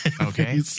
Okay